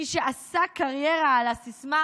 מי שעשה קריירה על הסיסמה